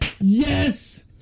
yes